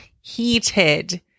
Heated